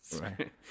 Right